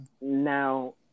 now